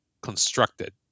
constructed